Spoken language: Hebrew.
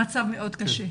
המצב מאוד קשה.